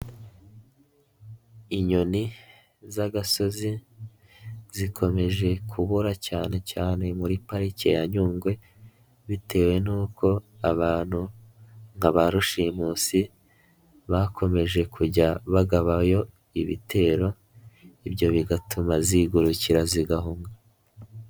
Inyoni z'agasozi zikomeje kubura cyane cyane muri pariki ya Nyungwe, bitewe n'uko abantu nka ba rushimusi bakomeje kujya bagabayo ibitero, ibyo bigatuma zigurukira zigahunga.